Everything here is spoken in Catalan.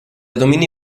domini